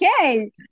okay